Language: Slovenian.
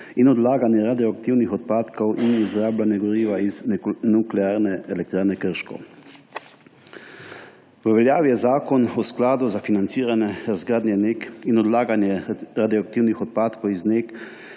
in odlaganje radioaktivnih odpadkov in izrabljenega goriva iz Nuklearne elektrarne Krško. V veljavi je zakon o skladu za financiranje razgradnje NEK in odlaganje radioaktivnih odpadkov iz NEK,